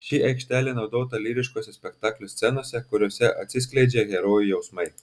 ši aikštelė naudota lyriškose spektaklio scenose kuriose atsiskleidžia herojų jausmai